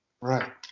Right